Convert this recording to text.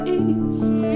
east